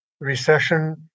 recession